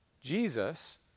Jesus